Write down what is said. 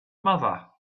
mother